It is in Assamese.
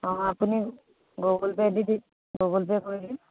অঁ আপুনি গুগল পে' দি দি গুগল পে' কৰি দিম